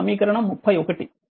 ఇది సమీకరణం 31